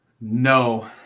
No